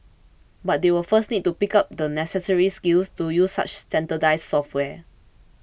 but they will first need to pick up the necessary skills to use such standardised software